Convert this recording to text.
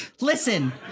Listen